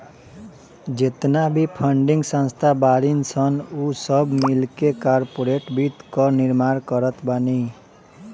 जेतना भी फंडिंग संस्था बाड़ीन सन उ सब मिलके कार्पोरेट वित्त कअ निर्माण करत बानी